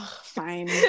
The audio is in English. Fine